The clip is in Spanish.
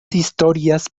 historias